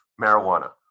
marijuana